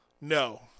No